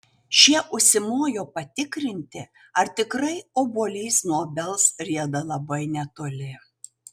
šie užsimojo patikrinti ar tikrai obuolys nuo obels rieda labai netoli